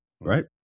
right